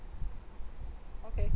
okay